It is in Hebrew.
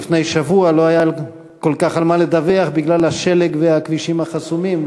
לפני שבוע לא היה כל כך על מה לדווח בגלל השלג והכבישים החסומים,